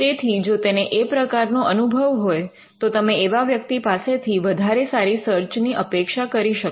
તેથી જો તેને એ પ્રકારનો અનુભવ હોય તો તમે એવા વ્યક્તિ પાસેથી વધારે સારી સર્ચ ની અપેક્ષા કરી શકો